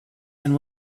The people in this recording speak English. and